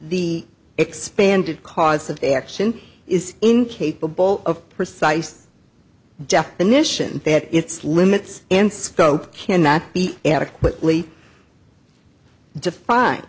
the expanded cause of action is incapable of precise definition had its limits and scope cannot be adequately define